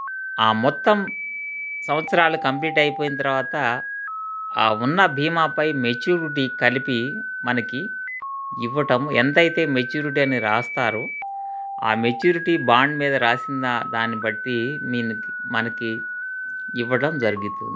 ఆ మొత్తం సంవత్సరాలు కంప్లీట్ అయిపోయిన తర్వాత ఆ ఉన్న భీమాపై మెచ్యూరిటీ కలిపి మనకి ఇవ్వటం ఎంతైతే మెచ్యూరిటీ అని రాస్తారో ఆ మెచ్యూరిటీ బాండ్ మీద రాసిన దా దాన్ని బట్టి మీన్ మనకి ఇవ్వడం జరుగుతుంది